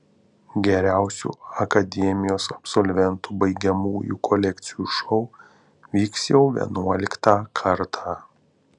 geriausių akademijos absolventų baigiamųjų kolekcijų šou vyks jau vienuoliktą kartą